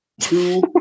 Two